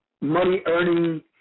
money-earning